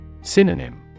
Synonym